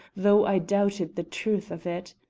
though i doubted the truth of it.